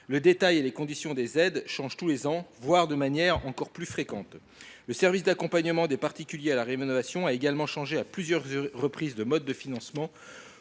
le détail et les conditions des aides changent tous les ans, voire de manière encore plus fréquente. Le service d’accompagnement des particuliers à la rénovation a également changé à plusieurs reprises de mode de financement